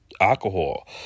alcohol